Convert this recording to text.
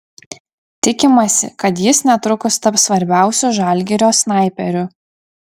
tikimasi kad jis netrukus taps svarbiausiu žalgirio snaiperiu